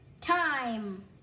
Time